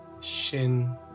shin